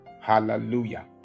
Hallelujah